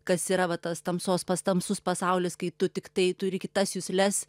kas yra va tas tamsos pats tamsus pasaulis kai tu tiktai turi kitas jusles